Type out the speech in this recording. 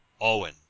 Owen